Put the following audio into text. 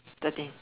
thirteen